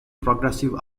progressive